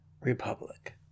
Republic